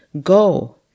Go